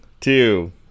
two